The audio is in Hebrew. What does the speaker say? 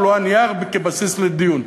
אבל הוא הנייר כבסיס לדיון.